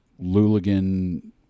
Luligan